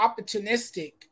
opportunistic